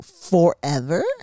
Forever